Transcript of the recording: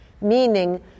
Meaning